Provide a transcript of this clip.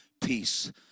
peace